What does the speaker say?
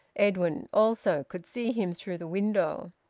edwin also could see him through the window.